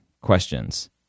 questions